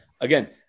again